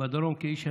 בדרום, כאיש הנגב.